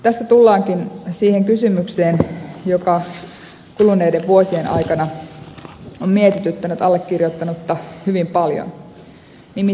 tästä tullaankin siihen kysymykseen joka kuluneiden vuosien aikana on mietityttänyt allekirjoittanutta hyvin paljon